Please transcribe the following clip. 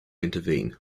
intervene